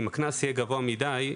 אם הקנס יהיה גבוה מידי,